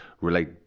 relate